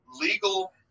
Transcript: legal